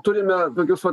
turime tokius vat